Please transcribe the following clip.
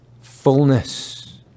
fullness